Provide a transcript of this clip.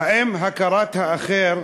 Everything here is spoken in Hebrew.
האם הכרת האחר